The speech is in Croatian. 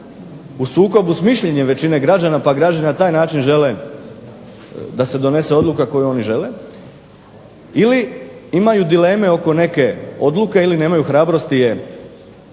u sukobu s mišljenjem većine građana pa građani na taj način žele da se donese odluka koju oni žele ili imaju dileme oko neke odluke ili nemaju hrabrosti je